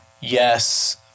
yes